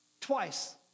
twice